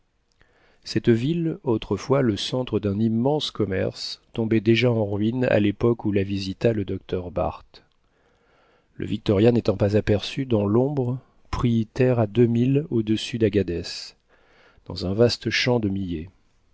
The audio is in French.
cette ville autrefois le centre d'un immense commerce tombait déjà en ruines à l'époque où la visita le docteur barth le victoria n'étant pas aperçu dans l'ombre prit terre à deux milles au-dessus d'agbadès dans un vaste champ de millet